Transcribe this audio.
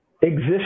exist